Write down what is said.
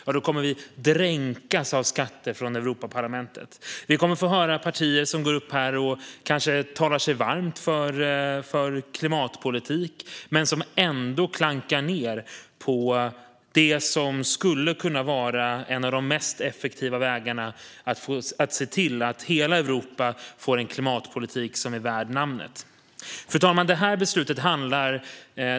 Vi kommer att få höra partier som går upp här och kanske talar sig varma för klimatpolitik men ändå klankar på det som skulle kunna vara en av de effektivaste vägarna att se till att hela Europa får en klimatpolitik värd namnet. Fru talman!